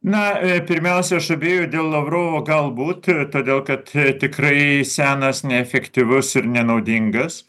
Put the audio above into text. na pirmiausia aš abejoju dėl lavrovo galbūt todėl kad tikrai senas neefektyvus ir nenaudingas